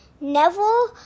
Neville